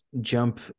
jump